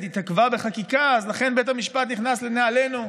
התעכבה בחקיקה בית המשפט נכנס לנעלינו,